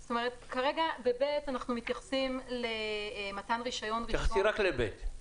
כרגע ב-(ב) אנחנו מתייחסים למתן רישיון ראשון -- תתייחסי רק ל-(ב).